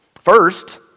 First